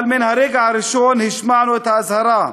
אבל מן הרגע הראשון השמענו את האזהרה: